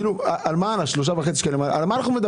על מה אנחנו מדברים?